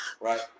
right